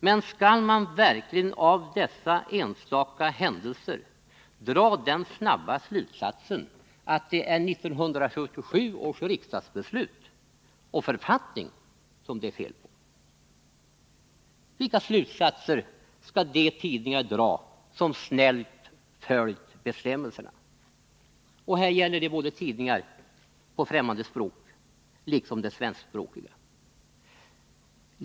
Men skall man verkligen av dessa enstaka händelser dra den snabba slutsatsen att det är 1977 års riksdagsbeslut och författning som det är fel på? Vilka slutsatser skall de tidningar dra som snällt följt bestämmelserna? Och här gäller det både tidningar på främmande språk och svenskspråkiga.